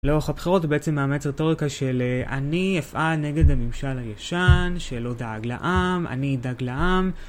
לאורך הבחירות בעצם הוא מאמץ רטוריקה של אני אפעל נגד הממשל הישן, שלא דאג לעם, אני אדאג לעם.